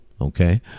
Okay